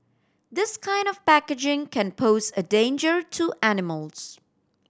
this kind of packaging can pose a danger to animals